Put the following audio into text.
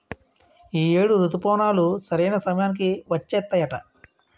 ఈ ఏడు రుతుపవనాలు సరైన సమయానికి వచ్చేత్తాయట